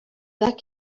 that